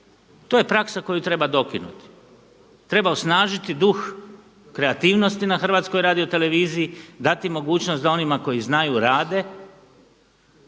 To je praksa koju treba dokinuti, treba osnažiti duh kreativnosti na Hrvatskoj radio televiziji, dati mogućnost da onima koji znaju rade,